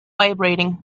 vibrating